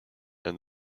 and